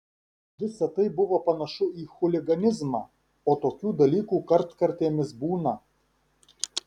visa tai buvo panašu į chuliganizmą o tokių dalykų kartkartėmis būna